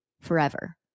forever